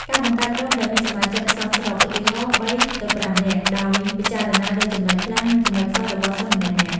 ការបង្កើតក្រុមដែលមានសមាជិកសមស្រប ឧទាហរណ៍ ៣-៥ នាក់ ដោយពិចារណាលើចំណុចខ្លាំង និងចំណុចខ្សោយរបស់សិស្សម្នាក់ៗ។